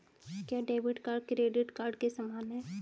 क्या debit card credit card के समान है?